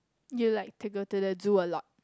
you like to go to the zoo a lot